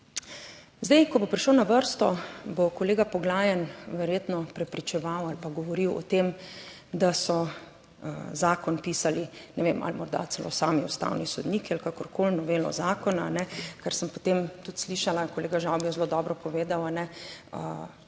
Zdaj, ko bo prišel na vrsto, bo kolega Poglajen verjetno prepričeval ali pa govoril o tem, da so zakon pisali, ne vem ali morda celo sami ustavni sodniki ali kakorkoli, novelo zakona, ker sem potem tudi slišala in kolega Žavbi zelo dobro povedal,